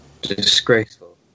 Disgraceful